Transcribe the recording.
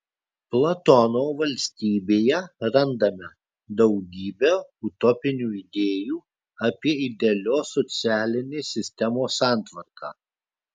platono valstybėje randame daugybę utopinių idėjų apie idealios socialinės sistemos santvarką